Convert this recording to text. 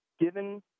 given